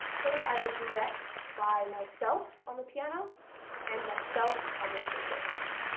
played as a duet by myself on the piano and myself on the string bass.